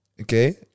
Okay